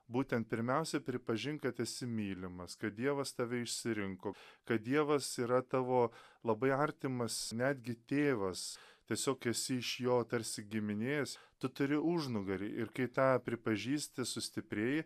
būtent pirmiausiai pripažink kad esi mylimas kad dievas tave išsirinko kad dievas yra tavo labai artimas netgi tėvas tiesiog esi iš jo tarsi giminės tu turi užnugarį ir kai tą pripažįsti sustiprėji